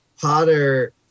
Potter